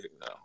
no